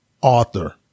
author